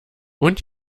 und